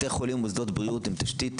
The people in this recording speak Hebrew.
בתי חולים ומוסדות בריאות הם תשתית